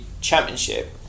championship